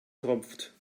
tropft